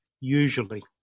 usually